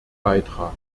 beitrag